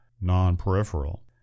non-peripheral